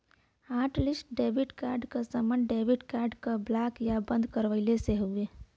hotlist debit card क सम्बन्ध debit card क ब्लॉक या बंद करवइले से हउवे